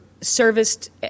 serviced